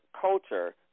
culture